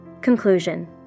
Conclusion